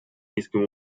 низким